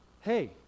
hey